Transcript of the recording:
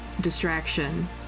distraction